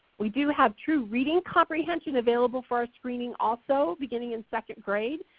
we do have true reading comprehension available for our screening also beginning in second grade.